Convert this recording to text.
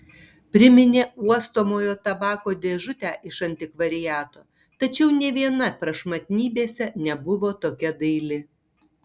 priminė uostomojo tabako dėžutę iš antikvariato tačiau nė viena prašmatnybėse nebuvo tokia daili